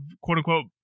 quote-unquote